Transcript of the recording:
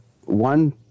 one